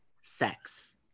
sex